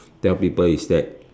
tell people is that